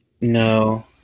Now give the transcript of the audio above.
No